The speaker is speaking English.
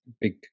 big